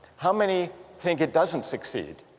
how many think it doesn't succeed?